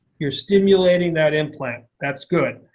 you're stimulating that implant. that's good.